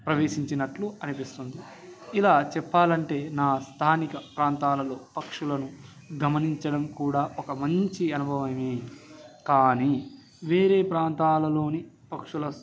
ప్రవేశించినట్లు అనిపిస్తుంది ఇలా చెప్పాలంటే నా స్థానిక ప్రాంతాలలో పక్షులను గమనించడం కూడా ఒక మంచి అనుభవమే కానీ వేరే ప్రాంతాలలోని పక్షుల